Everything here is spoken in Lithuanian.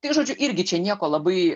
tai žodžiu irgi čia nieko labai